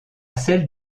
celles